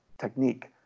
technique